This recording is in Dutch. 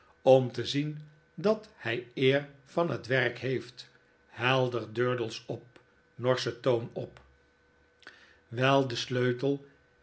om te zien dat hij eer van het werk heeft heldert durdels op norschen toon op wijl de sleutel